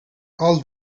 all